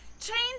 change